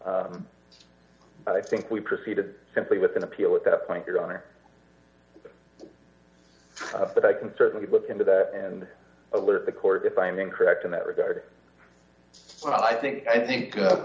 i think we proceeded simply with an appeal at that point your honor but i can certainly look into that and alert the court if i'm incorrect in that regard i think i think